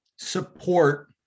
support